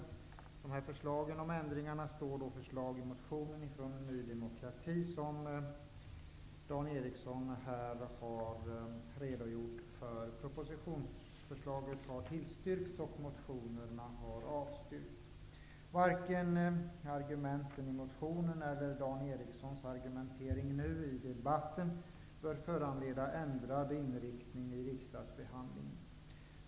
Mot förslagen om ändringarna står förslag i motionen från Ny demokrati, som Dan Eriksson här har redogjort för. Propositionsförslagen har tillstyrkts, och motionsförslagen har avstyrkts. Varken argumenten i motionen eller Dan Erikssons argumentering nu i debatten bör föranleda ändrad inriktning i riksdagsbehandlingen.